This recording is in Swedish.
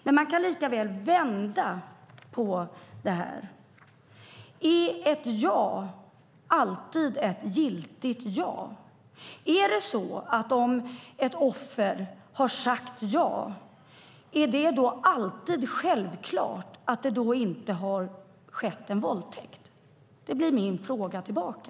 Men man kan lika väl vända på det här. Är ett ja alltid ett giltigt ja? Är det alltid självklart att om ett offer har sagt ja har det inte skett en våldtäkt? Det blir min fråga tillbaka.